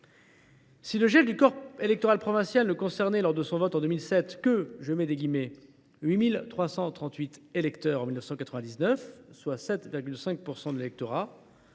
Si le gel du corps électoral provincial n’excluait, lors de son vote en 2007, « que » 8 338 électeurs en 1999, soit 7,5 % de l’électorat,